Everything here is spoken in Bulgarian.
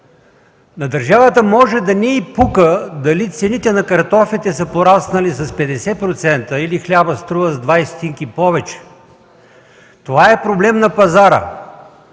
На държавата може да не й пука дали цените на картофите са пораснали с 50% или хлябът струва с 20 ст. повече – това е проблем на пазара.